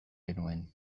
genuen